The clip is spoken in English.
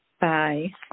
Bye